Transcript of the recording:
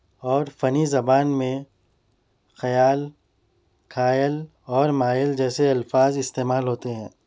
اور فنی زبان میں خیال قائل اور مائل جیسے الفاظ استعمال ہوتے ہیں